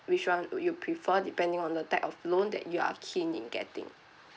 which [one] would you prefer depending on the type of loan that you are keen in getting